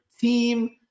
team